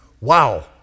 Wow